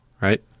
right